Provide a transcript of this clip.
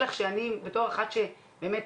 שנמצאת בתחום הזה 15 שנים